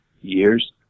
years